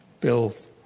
build